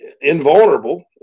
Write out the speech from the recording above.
invulnerable